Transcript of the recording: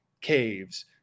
caves